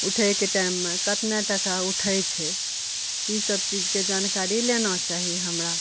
उठैके टाइममे कतेक टका उठै छै ई सब चीजके जानकारी लेबाक चाही हमरा